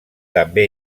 també